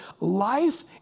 life